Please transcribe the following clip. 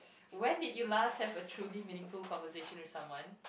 when did you last have a truly meaningful conversation with someone